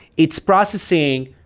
it's processing,